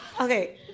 Okay